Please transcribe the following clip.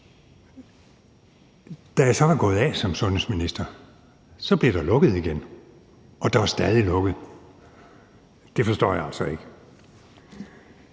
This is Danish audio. Da jeg så var gået af som sundhedsminister, blev der lukket igen, og der er stadig lukket. Det forstår jeg altså ikke.